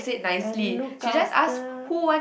and look after